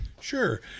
sure